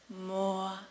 more